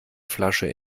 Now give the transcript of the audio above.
flasche